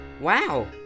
Wow